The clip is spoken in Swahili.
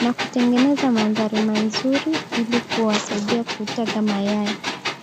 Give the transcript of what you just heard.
na kutengeneza mandhari mazuri ili kuwasaidia kutaga mayai